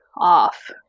off